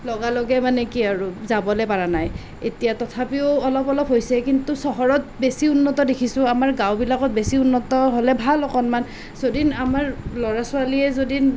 লগা লগে মানে কি আৰু যাবলৈ পৰা নাই এতিয়াও তথাপিও অলপ অলপ হৈছে কিন্তু চহৰত বেছি উন্নত দেখিছোঁ আমাৰ গাঁওবিলাকত বেছি উন্নত হ'লে ভাল অকণমান যদি আমাৰ ল'ৰা ছোৱালীয়ে যদি